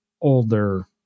older